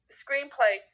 screenplay